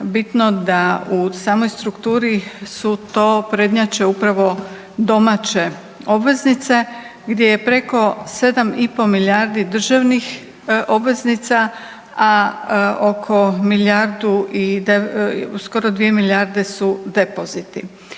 bitno da u samoj strukturi prednjače upravo domaće obveznice gdje je preko 7,5 milijardi državnih obveznica, a oko milijardu skoro 2 milijarde su depoziti.